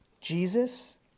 Jesus